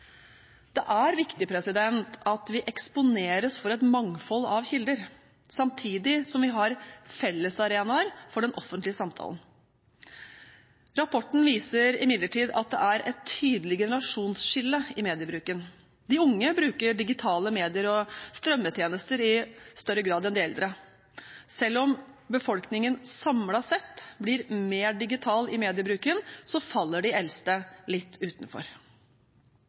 Det er viktig at vi eksponeres for et mangfold av kilder, samtidig som vi har fellesarenaer for den offentlige samtalen. Rapporten viser imidlertid at det er et tydelig generasjonsskille i mediebruken. De unge bruker digitale medier og strømmetjenester i større grad enn de eldre. Selv om befolkningen samlet sett blir mer digital i mediebruken, faller de eldste litt utenfor.